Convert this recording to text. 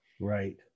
Right